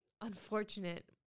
unfortunate